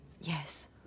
Yes